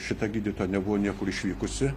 šita gydytoja nebuvo niekur išvykusi